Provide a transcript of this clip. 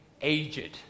aged